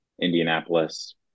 Indianapolis